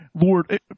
Lord